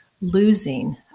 losing